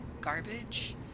garbage